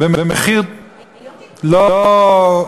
במחיר לא,